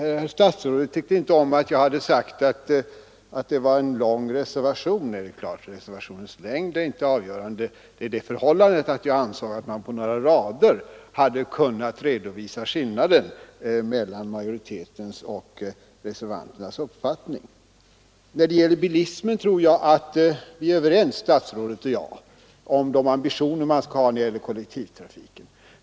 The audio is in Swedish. Herr statsrådet tyckte inte om att jag hade sagt att det var en lång socialdemokratisk reservation. Det är klart att reservationens längd inte är avgörande. Men jag ansåg att man på några rader hade kunnat redovisa skillnaden mellan majoritetens och reservanternas uppfattning. När det gäller bilismen tror jag att statsrådet och jag är överens om de ambitioner man skall ha för kollektivtrafiken.